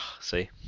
See